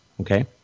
okay